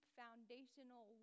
foundational